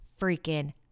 freaking